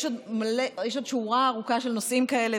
יש עוד שורה ארוכה של נושאים כאלה,